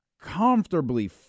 Comfortably